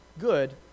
good